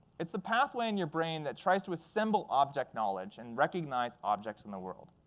it's the pathway in your brain that tries to assemble object knowledge and recognize objects in the world.